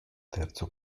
terzo